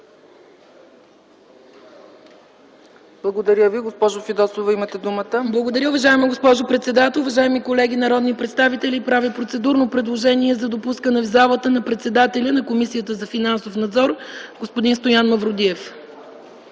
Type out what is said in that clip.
процедура. ИСКРА ФИДОСОВА (ГЕРБ): Благодаря, уважаема госпожо председател. Уважаеми колеги народни представители, правя процедурно предложение за допускане в залата на председателя на Комисията за финансов надзор господин Стоян Мавродиев.